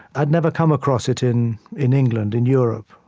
i'd never come across it in in england, in europe,